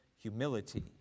humility